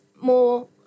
more